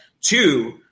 two